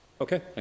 Okay